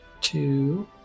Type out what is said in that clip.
two